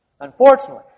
Unfortunately